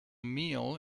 meal